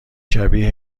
شبیه